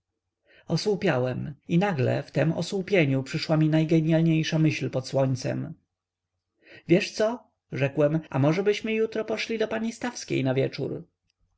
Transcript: osłupiałem i nagle w tem osłupieniu przyszła mi najgenialniejsza myśl pod słońcem wiesz co rzekłem a możebyśmy jutro poszli do pani stawskiej na wieczór